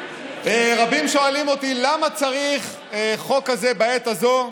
רבים שואלים אותי למה צריך חוק כזה בעת הזו,